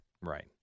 Right